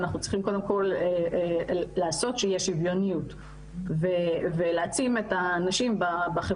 אנחנו צריכים לעשות קודם כל לעשות שיהיה שוויוניות ולהעצים את הנשים בחברה